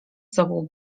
sobą